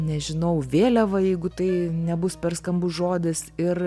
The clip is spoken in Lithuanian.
nežinau vėliavą jeigu tai nebus per skambus žodis ir